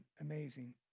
amazing